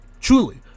truly